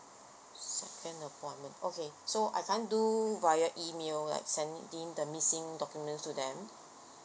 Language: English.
second appointment okay so I can't do via email like sending the missing documents to them